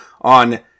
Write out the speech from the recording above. on